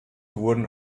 wurden